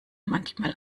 manchmal